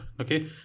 okay